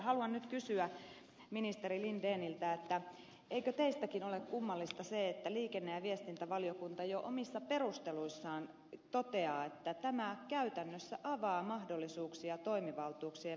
haluan nyt kysyä ministeri lindeniltä eikö teistäkin ole kummallista se että liikenne ja viestintävaliokunta jo omissa perusteluissaan toteaa että tämä käytännössä avaa mahdollisuuksia toimivaltuuksien väärinkäyttöön